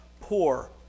poor